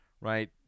Right